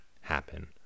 happen